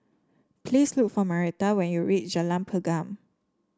please look for Marietta when you reach Jalan Pergam